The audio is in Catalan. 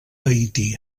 haití